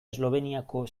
esloveniako